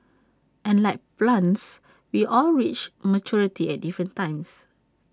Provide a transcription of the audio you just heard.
and like plants we all reach maturity at different times